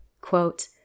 Quote